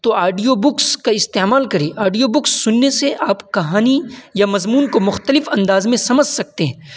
تو audio books کا استعمال کریں آڈیو بکس سننے سے آپ کہانی یا مضمون کو مختلف انداز میں سمجھ سکتے ہیں